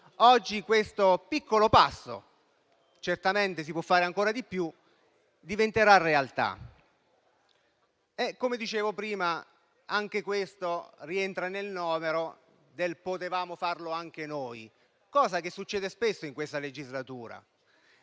oggi questo piccolo passo - certamente si può fare ancora di più - diventerà realtà. Come dicevo prima, anche questo rientra nel novero del "potevamo farlo anche noi", che sentiamo spesso dire in questa legislatura.